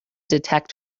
detect